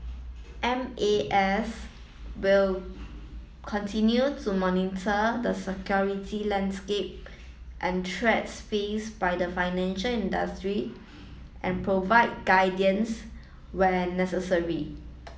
M A S will continue to monitor the security landscape and threats face by the financial industry and provide guidance when necessary